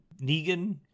Negan